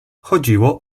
chodziło